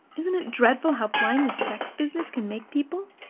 isn't it dreadful how blind this sex business can make people?